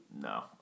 No